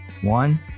One